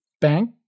bank